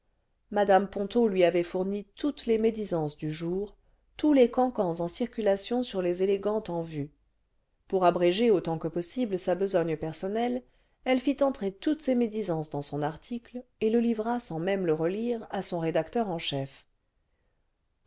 mmo ponto lui avait fourni toutes les médisances du jour tous les cancans en circulation sur les élégantes en vue pour abréger autant que possible sa besogne personnelle elle fit entrer toutes ces médisances dans son article et le livra sans même le relire à son rédacteur en chef